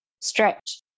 stretch